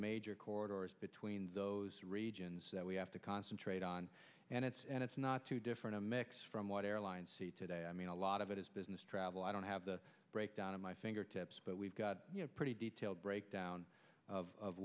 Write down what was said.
major corridor between those regions that we have to concentrate on and it's and it's not too different a mix from what airlines see today i mean a lot of it is business travel i don't have the breakdown of my fingertips but we've got a pretty detailed breakdown of